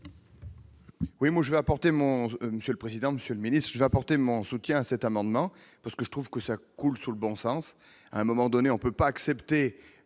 Ministre, apporter mon soutien à cet amendement parce que je trouve que ça coule sous le bon sens à un moment donné on peut pas accepter